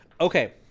Okay